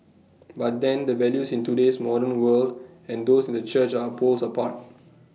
but then the values in today's modern world and those in the church are poles apart